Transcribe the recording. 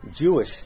Jewish